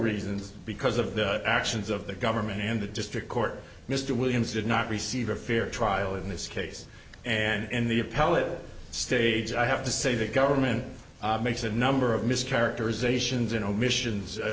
reasons because of the actions of the government and the district court mr williams did not receive a fair trial in this case and the appellate stage i have to say the government makes a number of mischaracterizations and omissions